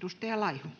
[Krista Kiuru: